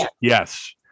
yes